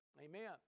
Amen